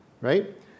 right